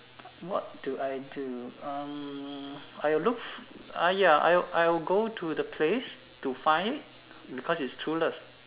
what do I do um I will look ah ya I I will go to the place to find because it's true love